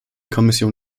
kommission